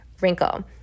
wrinkle